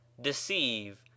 Deceive